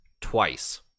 twice